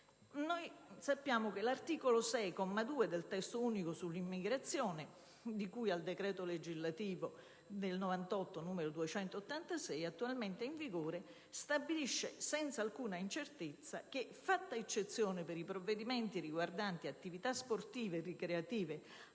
Sappiamo che l'articolo 6, comma 2, del Testo unico sull'immigrazione, di cui al decreto legislativo n. 286 del 1998 attualmente in vigore, stabilisce senza alcuna incertezza che, fatta eccezione per i provvedimenti riguardanti attività sportive e ricreative